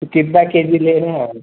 तो कितना K G ले रही हैं आप